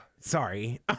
sorry